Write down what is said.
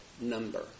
number